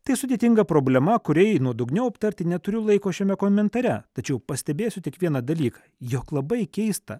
tai sudėtinga problema kuriai nuodugniau aptarti neturiu laiko šiame komentare tačiau pastebėsiu tik vieną dalyką jog labai keista